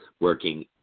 working